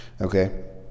Okay